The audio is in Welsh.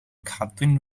cadwyn